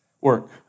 work